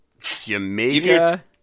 Jamaica